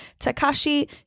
Takashi